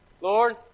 Lord